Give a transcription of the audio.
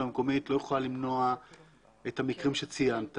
המקומית לא יכולה למנוע את המקרים שציינת